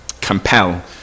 compel